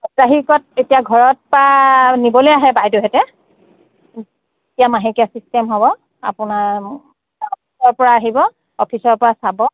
সাপ্তাহিকত এতিয়া ঘৰৰ পৰা নিবলৈ আহে বাইদেউহঁতে এতিয়া মাহেকীয়া চিষ্টেম হ'ব আপোনাৰ পৰা আহিব অফিচৰ পৰা চাব